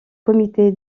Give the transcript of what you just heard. comité